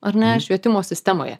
ar ne švietimo sistemoje